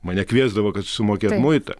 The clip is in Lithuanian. mane kviesdavo kad susimokėt muitą